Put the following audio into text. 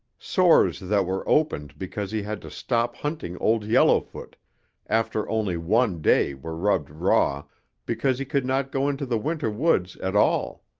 sores that were opened because he had to stop hunting old yellowfoot after only one day were rubbed raw because he could not go into the winter woods at all.